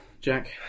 Jack